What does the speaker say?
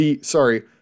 Sorry